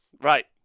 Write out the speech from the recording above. Right